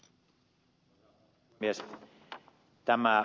arvoisa puhemies